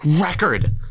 record